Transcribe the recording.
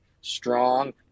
strong